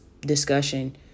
discussion